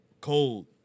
cold